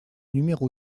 numéro